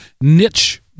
niche